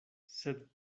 sed